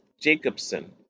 Jacobson